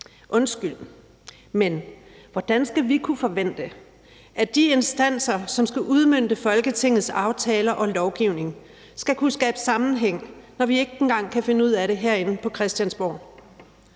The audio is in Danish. Undskyld, men hvordan skal vi kunne forvente, at de instanser, som skal udmønte Folketingets aftaler og lovgivning, skal kunne skabe sammenhæng, når vi ikke engang kan finde ud af det herinde på Christiansborg?